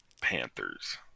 Panthers